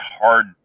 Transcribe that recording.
hard